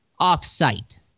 off-site